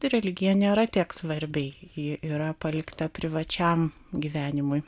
tai religija nėra tiek svarbi ji yra palikta privačiam gyvenimui